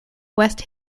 west